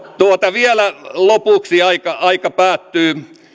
vielä lopuksi aika aika päättyy